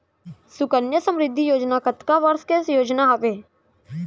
सुकन्या समृद्धि योजना कतना वर्ष के योजना हावे?